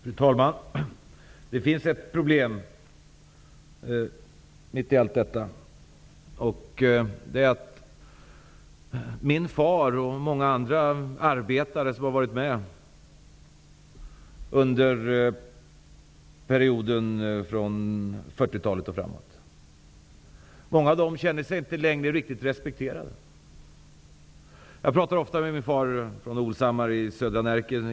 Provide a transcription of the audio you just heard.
Fru talman! Det finns ett problem mitt i allt detta. Min far och många andra arbetare som har varit med under perioden från 40-talet och framåt känner sig inte längre riktigt respekterade. Min far har varit industriarbetare i hela sitt liv och kommer från Olshammar i södra Närke.